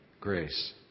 Grace